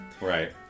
Right